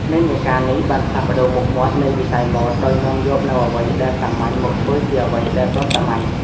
និន្នាការនេះបានផ្លាស់ប្តូរមុខមាត់នៃវិស័យម៉ូដដោយនាំយកនូវអ្វីដែលសាមញ្ញមកធ្វើជាអ្វីដែលទាន់សម័យ។